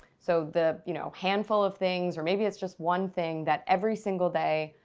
so the, you know, handful of things or maybe it's just one thing that every single day,